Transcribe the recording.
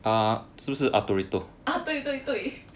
ah 对对对